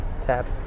Tap